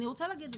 אני רוצה להגיד,